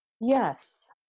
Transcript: Yes